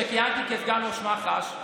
כשכיהנתי כסגן ראש מח"ש,